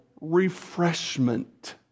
refreshment